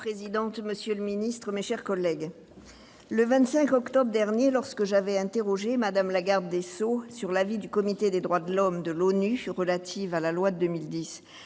Madame la présidente, monsieur le secrétaire d'État, mes chers collègues, le 25 octobre dernier, lorsque j'avais interrogé Mme la garde des sceaux sur l'avis du Comité des droits de l'homme de l'ONU relatif à la loi de 2010